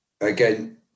again